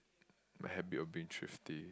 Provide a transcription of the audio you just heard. my habit of being thrifty